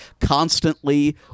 constantly